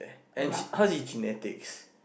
and hers is genetics